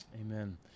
Amen